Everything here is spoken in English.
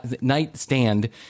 nightstand